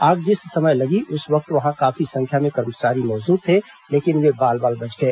आग जिस समय लगी उस वक्त वहां काफी संख्या में कर्मचारी मौजूद थे लेकिन वे बाल बाल बच गए